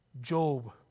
Job